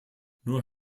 nur